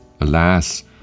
Alas